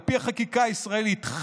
על פי החקיקה הישראלית,